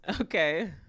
Okay